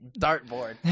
dartboard